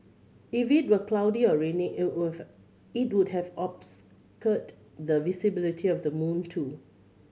if it were cloudy or raining it it would have obscured the visibility of the moon too